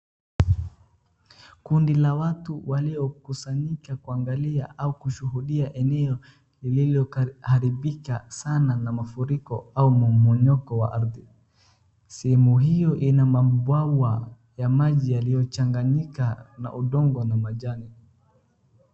Kundi la watu waliokusanyika kuangalia au kushuhudia eneo lilioharibika sana na mafuriko au mmomonyoko wa ardhi, sehemu hiyo ina mabwawa ya maji yaliyochanganyika na udongo na majani.